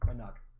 ah knock